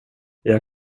jag